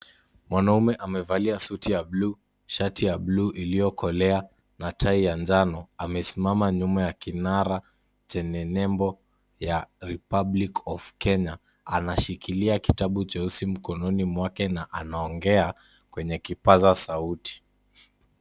Mwanaume amevalia suti ya blue shati ya blue iliokolea na tai ya njano, amesimama nyuma ya kinara chenye nembo ya republic of Kenya. Anashikilia kitabu cheusi mkononi mwake na anaongea kwenye kipaza sauti.